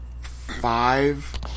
Five